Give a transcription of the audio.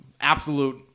absolute